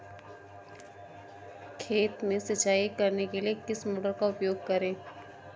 खेत में सिंचाई करने के लिए किस मोटर का उपयोग करें?